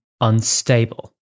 unstable